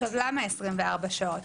למה 24 שעות?